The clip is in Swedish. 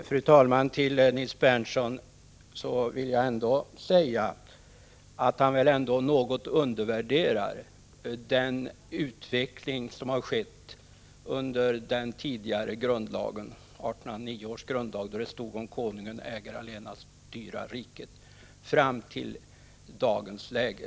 Fru talman! Nils Berndtson undervärderar något den utveckling som har skett under tiden från 1809 års grundlag, där det stod att konungen äger allena styra riket, fram till dagens läge.